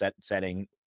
setting